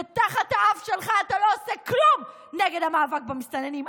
ותחת האף שלך אתה לא עושה כלום נגד המאבק במסתננים,